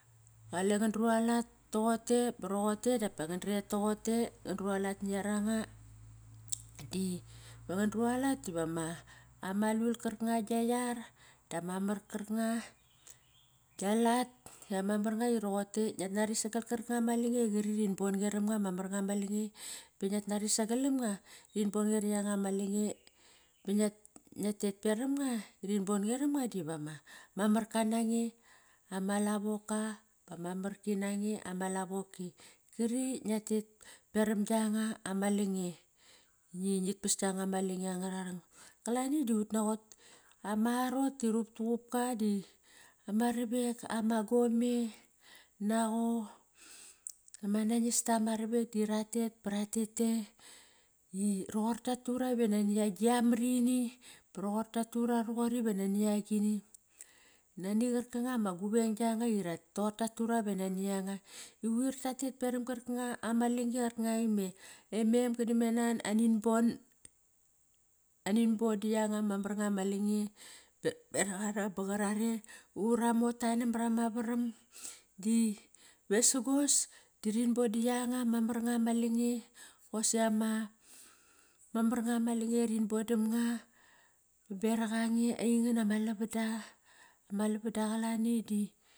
Qale ngan drualat toqote ba roqote dapa ngan dret toqote, ngan drualat na yaranga Di ngan drualat diva ma lul qarkanga gia yar dama mar kar nga gia lat, ama mar nga roqotei ngiat nari sagol karkanga ma lange qari rin bon nge ram nga ma mar nga ma lange. Ba ngiat nari sagalam nga, rin bon nge ra yanga ma lange ba ngia tet peram nga rin bon nge ram nga diva ma marka nange ama lavoka bama marki nange ama lavoki Kari ngiat tet peram kianga ama lange. Ngit pas kianga ma lange angararong. Kalani du utnaqot ama arot di ruqup tuqupka di nama ravek ama gome naqo, ama nangis ta ma ravek di ratet ba ratet te. I roqor tatu ra va nani agi amarini, ba roqor tatu ra roqori va nani agi, nani qarkanga ma guveng gia nga, roqor tatura va nani anga. Anin bon di yanga ma mar nga ma lange beraq ara ba qarare ura mota namar ama varam. Di vesago di rin bon di yanga ma mar nga ma lange, qosi ama mar nga ma lange rin bodam nga beraq ange, aingan ama lavan da, ama lavada qalani di